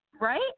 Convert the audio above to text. Right